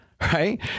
Right